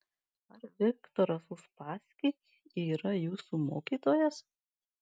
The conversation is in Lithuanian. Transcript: ar viktoras uspaskich yra jūsų mokytojas